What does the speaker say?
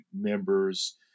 members